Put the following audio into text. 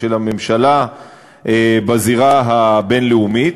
של הממשלה בזירה הבין-לאומית.